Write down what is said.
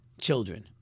children